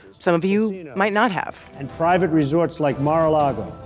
some of you might not have and private resorts like mar-a-lago,